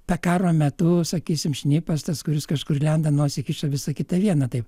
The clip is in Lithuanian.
ta karo metu sakysim šnipas tas kuris kažkur lenda nosį kiša visa kita viena taip